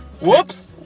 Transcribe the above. Whoops